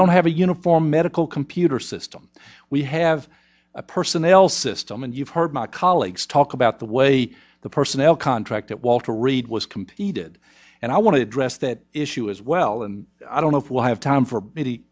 don't have a uniform medical computer system we have a personnel system and you've heard my colleagues talk about the way the personnel contract at walter reed was completed and i want to address that issue as well and i don't know if we'll have time for me to